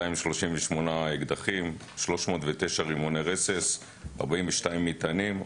238 אקדחים, 309 רימוני רסס, 42 מטענים.